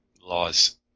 laws